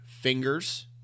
FINGERS